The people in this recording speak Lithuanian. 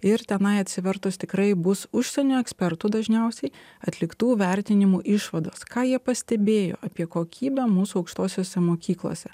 ir tenai atsivertus tikrai bus užsienio ekspertų dažniausiai atliktų vertinimų išvados ką jie pastebėjo apie kokybę mūsų aukštosiose mokyklose